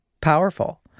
powerful